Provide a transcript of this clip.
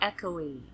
echoey